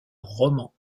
roman